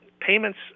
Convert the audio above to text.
payments